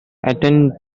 attend